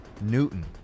Newton